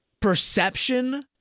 perception